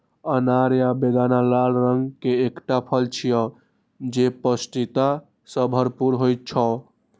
अनार या बेदाना लाल रंग के एकटा फल छियै, जे पौष्टिकता सं भरपूर होइ छै